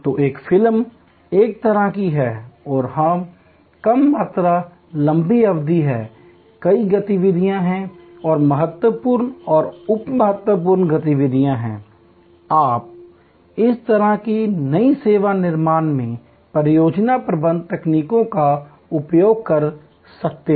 तो एक फिल्म एक तरह की है और यह कम मात्रा लंबी अवधि है कई गतिविधियां हैं और महत्वपूर्ण और उप महत्वपूर्ण गतिविधियां हैं आप इस तरह की नई सेवा निर्माण में परियोजना प्रबंधन तकनीकों का उपयोग कर सकते हैं